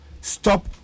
stop